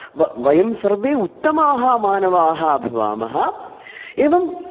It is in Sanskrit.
व वयं सर्वे उत्तमाः मानवाः भवामः एवम्